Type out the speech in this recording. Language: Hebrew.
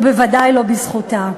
ובוודאי לא בזכותה.